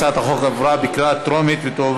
הצעת החוק התקבלה בקריאה הטרומית ותועבר